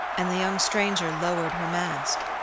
and the young stranger lowered her mask,